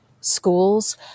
schools